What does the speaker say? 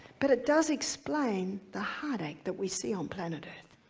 but it does explain the heartache that we see on planet earth.